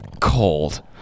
Cold